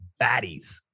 baddies